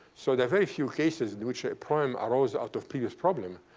so there are very few cases in which a problem arose out of previous problem.